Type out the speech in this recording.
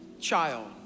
child